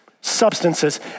substances